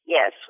Yes